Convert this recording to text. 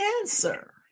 answer